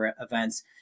events